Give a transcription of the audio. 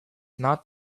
not